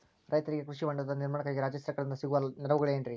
ರೈತರಿಗೆ ಕೃಷಿ ಹೊಂಡದ ನಿರ್ಮಾಣಕ್ಕಾಗಿ ರಾಜ್ಯ ಸರ್ಕಾರದಿಂದ ಸಿಗುವ ನೆರವುಗಳೇನ್ರಿ?